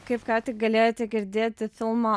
kaip ką tik galėjote girdėti filmo